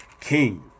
king